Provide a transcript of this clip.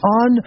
on